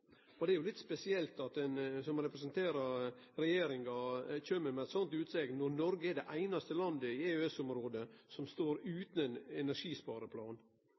energieffektivisering. Det er jo litt spesielt at ein som representerer regjeringa, kjem med ei sånn utsegn, når Noreg er det einaste landet i EØS-området som står utan ein energispareplan.